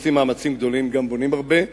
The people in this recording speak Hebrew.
עושים מאמצים גדולים: גם בונים הרבה,